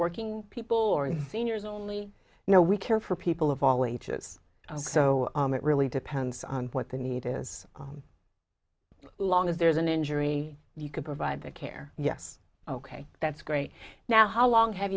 working people or in seniors only you know we care for people of all ages so it really depends on what the need is long as there is an injury you could provide the care yes ok that's great now how long have